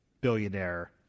billionaire